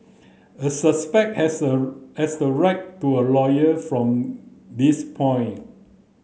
a suspect has a has the right to a lawyer from this point